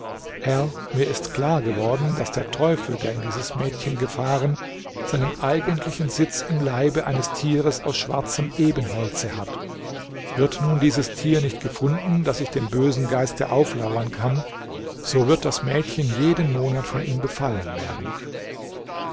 herr mir ist klar geworden daß der teufel der in dieses mädchen gefahren seinen eigentlichen sitz im leibe eines tieres aus schwarzem ebenholze hat wird nun dieses tier nicht gefunden daß ich dem bösen geiste auflauern kann so wird das mädchen jeden monat von ihm befallen werden